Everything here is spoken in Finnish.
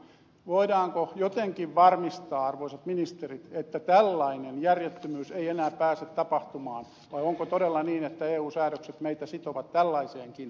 voidaanko jotenkin varmistaa arvoisat ministerit että tällainen järjettömyys ei enää pääse tapahtumaan vai onko todella niin että eu säädökset meitä sitovat tällaiseenkin